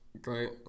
great